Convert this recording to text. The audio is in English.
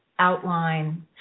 outline